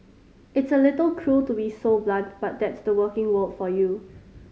it's a little cruel to be so blunt but that's the working world for you